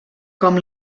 com